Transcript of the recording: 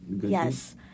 Yes